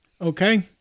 Okay